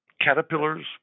Caterpillars